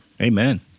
Amen